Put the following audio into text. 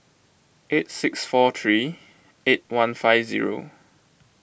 eight six four three eight one five zero